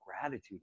gratitude